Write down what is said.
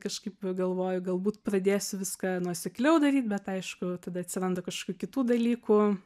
kažkaip galvoju galbūt pradėsiu viską nuosekliau daryt bet aišku tada atsiranda kažkokių kitų dalykų